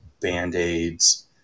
band-aids